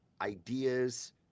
ideas